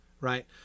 right